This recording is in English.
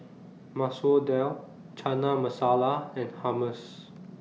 Masoor Dal Chana Masala and Hummus